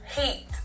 heat